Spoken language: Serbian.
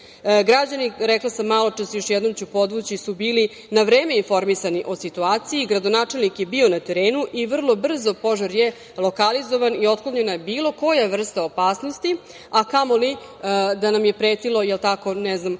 Građani, rekla sam maločas, još jednom ću podvući su bili na vreme informisani o situaciji. Gradonačelnik je bio na terenu i vrlo brzo požar je lokalizovan i otklonjena je bilo koja vrsta opasnosti, a kamoli da nam je pretilo, ne znam